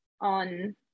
on